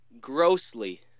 grossly